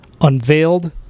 unveiled